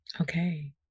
Okay